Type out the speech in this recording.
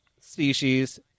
species